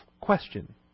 question